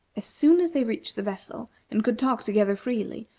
as soon as they reached the vessel, and could talk together freely,